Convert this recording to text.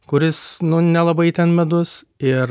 kuris nu nelabai ten medus ir